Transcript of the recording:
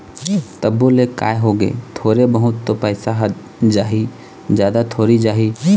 तभो ले काय होगे थोरे बहुत तो पइसा ह जाही जादा थोरी जाही